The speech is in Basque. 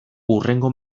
hurrengo